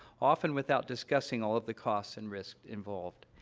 often without discussing all of the costs and risks involved.